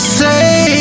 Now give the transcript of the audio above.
say